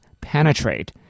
penetrate